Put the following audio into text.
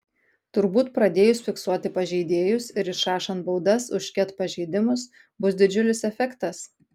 turbūt pradėjus fiksuoti pažeidėjus ir išrašant baudas už ket pažeidimus bus didžiulis efektas